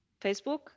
Facebook